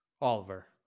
Oliver